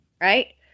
right